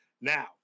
Now